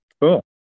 Cool